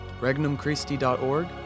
RegnumChristi.org